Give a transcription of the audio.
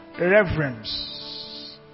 reverence